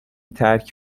ترک